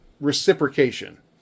reciprocation